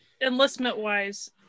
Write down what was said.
enlistment-wise